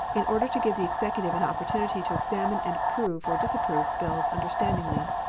in order to give the executive an opportunity to examine and approve or disapprove bills understandingly.